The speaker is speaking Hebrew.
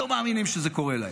ולא מאמינים שזה קורה להם.